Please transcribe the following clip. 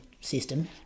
system